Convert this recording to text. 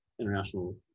international